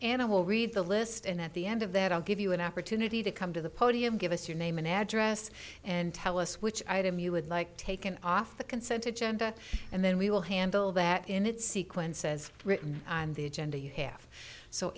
animal read the list and at the end of that i'll give you an opportunity to come to the podium give us your name and address and tell us which item you would like taken off the consented and then we will handle that in its sequence says written on the agenda you have so